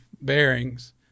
bearings